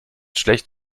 schlecht